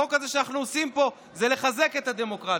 החוק הזה שאנחנו עושים פה הוא מחזק את הדמוקרטיה.